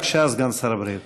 בבקשה, סגן שר הבריאות.